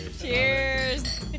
Cheers